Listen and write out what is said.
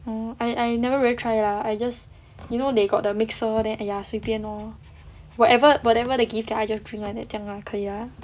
oh I I never really try lah I just you know they got the mixer then !aiya! 随便 lor whatever whatever they give then I just drink [one] like that 这样可以